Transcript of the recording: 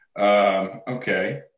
okay